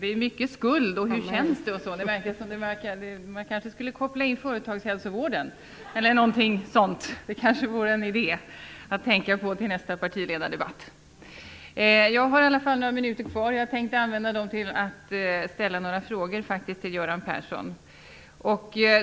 talas mycket om skuld, hur det känns, m.m. Man kanske skulle koppla in företagshälsovården. Det kanske vore en idé att tänka på till nästa partiledardebatt. Jag har i alla fall några minuter kvar. Jag tänkte använda dem till att ställa några frågor till Göran Persson.